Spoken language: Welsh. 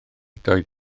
doedd